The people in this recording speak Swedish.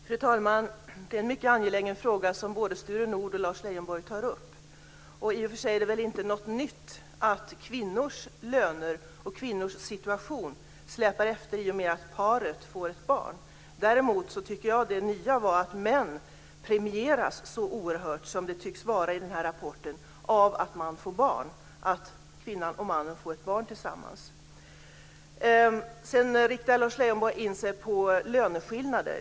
Fru talman! Det är en mycket angelägen fråga som både Sture Nordh och Lars Leijonborg tar upp. I och för sig är det väl inte något nytt att kvinnors löner och kvinnors situation släpar efter i och med att ett par får ett barn. Däremot tycker jag att det nya var att män premieras så oerhört, som det tycks i den här rapporten, av att kvinnan och mannen får ett barn tillsammans. Lars Leijonborg riktar in sig på löneskillnader.